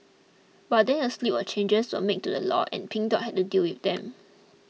but then a slew of changes were made to the law and Pink Dot had to deal with them